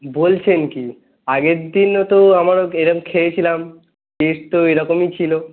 বলছেন কি আগের দিনও তো আমার এরকম খেয়েছিলাম বেশ তো এরকমই ছিলো